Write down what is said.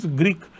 greek